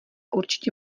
určitě